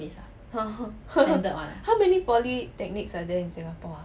how many polytechnics are there in singapore ah